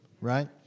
right